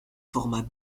format